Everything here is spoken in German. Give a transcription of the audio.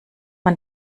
man